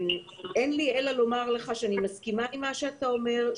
אין לי אלא לומר לך שאני מסכימה עם מה שאתה אומר,